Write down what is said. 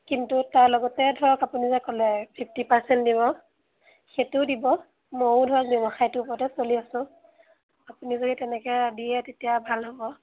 কিন্তু তাৰ লগতে ধৰক আপুনি যে ক'লে ফিফটি পাৰ্চেণ্ট দিব সেইটোও দিব ময়ো ধৰক ব্যৱসায়টোৰ ওপৰতে চলি আছোঁ আপুনি যদি তেনেকৈ দিয়ে তেতিয়া ভাল হ'ব